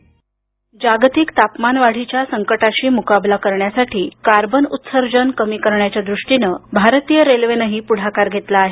ध्वनी जागतिक तापमान वाढीच्या संकटाशी मुकाबला करण्यासाठी कार्बन उत्सर्जन कमी करण्याच्या दृष्टीनं भारतीय रेल्वेनं पुढाकार घेतला आहे